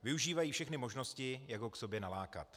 Využívají všechny možnosti, jak ho k sobě nalákat.